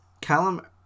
Callum